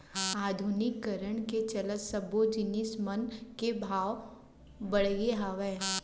आधुनिकीकरन के चलत सब्बो जिनिस मन के भाव बड़गे हावय